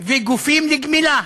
וגופים לגמילה,